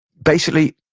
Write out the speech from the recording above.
basically,